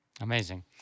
Amazing